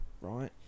right